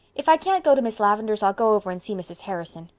if i can't go to miss lavendar's i'll go over and see mrs. harrison.